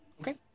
Okay